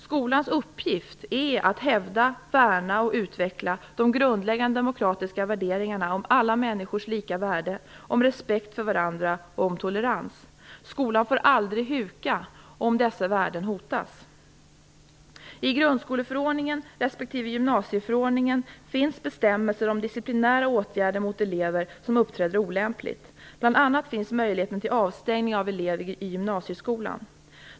Skolans uppgift är att hävda, värna och utveckla de grundläggande demokratiska värderingarna om alla människors lika värde, om respekt för varandra och om tolerans. Skolan får aldrig huka, om dessa värden hotas. I grundskoleförordningen respektive gymnasieförordningen finns bestämmelser om disciplinära åtgärder mot elever som uppträder olämpligt. Bl.a. finns möjlighet till avstängning av en elev i gymnasieskolan.